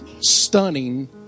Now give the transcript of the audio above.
stunning